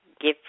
give